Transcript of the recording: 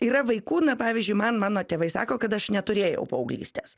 yra vaikų na pavyzdžiui man mano tėvai sako kad aš neturėjau paauglystės